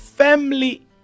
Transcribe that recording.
family